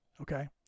Okay